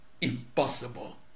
impossible